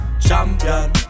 champion